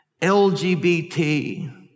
LGBT